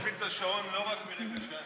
אני מבין שהוא מפעיל את השעון לא רק ברגע שאני,